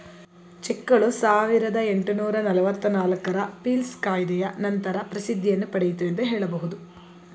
ಚೆಕ್ಗಳು ಸಾವಿರದ ಎಂಟುನೂರು ನಲವತ್ತು ನಾಲ್ಕು ರ ಪೀಲ್ಸ್ ಕಾಯಿದೆಯ ನಂತರ ಪ್ರಸಿದ್ಧಿಯನ್ನು ಪಡೆಯಿತು ಎಂದು ಹೇಳಬಹುದು